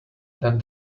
than